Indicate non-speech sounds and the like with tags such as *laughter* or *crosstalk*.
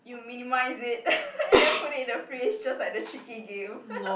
you minimise it *laughs* and then put it in the fridge just like the tricky game *laughs*